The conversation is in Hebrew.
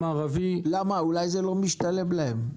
אולי זה לא משתלם להם?